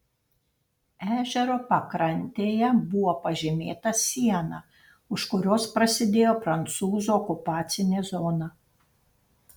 ežero pakrantėje buvo pažymėta siena už kurios prasidėjo prancūzų okupacinė zona